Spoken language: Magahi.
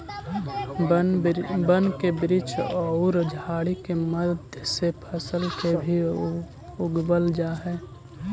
वन के वृक्ष औउर झाड़ि के मध्य से फसल के भी उगवल जा हई